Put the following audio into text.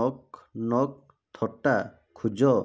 knock knock ଥଟ୍ଟା ଖୋଜ